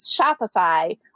Shopify